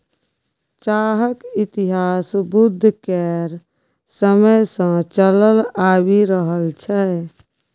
चाहक इतिहास बुद्ध केर समय सँ चलल आबि रहल छै